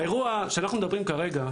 האירוע שאנחנו מדברים עליו כרגע,